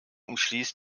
umschließt